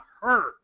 hurt